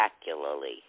spectacularly